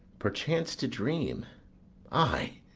perchance to dream ay,